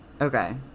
Okay